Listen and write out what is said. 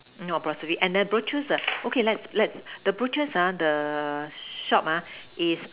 no apostrophe and the butchers ah okay let's let's the butchers ah the shop ah is